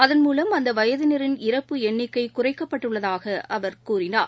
அதன் மூவம் அந்தவயதினரின் இறப்பு எண்ணிக்கைகுறைக்கப்பட்டுள்ளதாகஅவர் தெரிவித்தார்